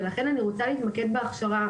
ולכן אני רוצה להתמקד בהכשרה.